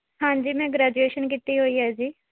ਹਾਂਜੀ ਮੈਂ ਗ੍ਰੈਜੂਏਸ਼ਨ ਕੀਤੀ ਹੋਈ ਹੈ ਜੀ